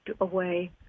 away